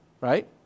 right